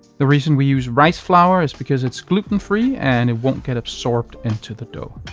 the reason we use rice flour is because it's gluten free and it won't get absorbed into the dough,